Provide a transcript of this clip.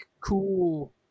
cool